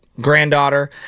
granddaughter